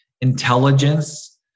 intelligence